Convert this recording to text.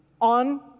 on